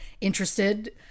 interested